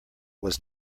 was